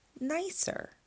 nicer